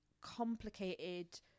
complicated